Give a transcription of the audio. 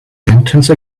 sentence